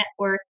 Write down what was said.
network